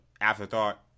afterthought